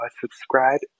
subscribe